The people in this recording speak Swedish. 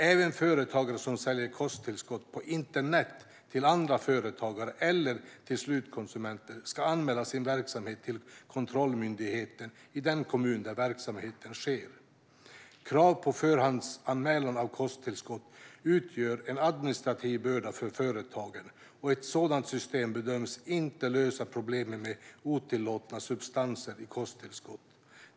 Även företagare som säljer kosttillskott på internet till andra företagare eller till slutkonsumenter ska anmäla sin verksamhet till kontrollmyndigheten i den kommun där verksamheten sker. Krav på förhandsanmälan av kosttillskott utgör en administrativ börda för företagen, och ett sådant system bedöms inte lösa problemen med otillåtna substanser i kosttillskott.